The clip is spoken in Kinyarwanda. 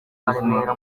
ubuzima